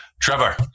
Trevor